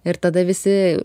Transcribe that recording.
ir tada visi